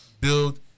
build